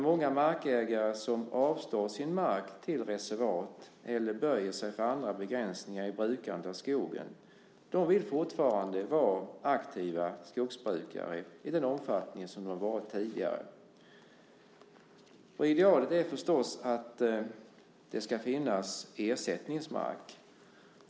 Många markägare som avstår sin mark till reservat eller böjer sig för andra begränsningar i brukandet av skogen vill nämligen fortfarande vara skogsbrukare i den omfattning de varit det tidigare. Idealet är förstås att det ska finnas ersättningsmark.